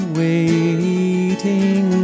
waiting